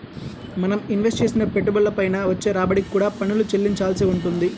మనం ఇన్వెస్ట్ చేసిన పెట్టుబడుల పైన వచ్చే రాబడికి కూడా పన్నులు చెల్లించాల్సి వుంటది